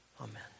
Amen